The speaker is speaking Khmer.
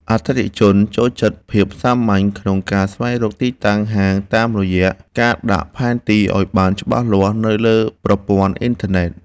អតិថិជនចូលចិត្តភាពសាមញ្ញក្នុងការស្វែងរកទីតាំងហាងតាមរយៈការដាក់ផែនទីឱ្យបានច្បាស់លាស់នៅលើប្រព័ន្ធអ៊ីនធឺណិត។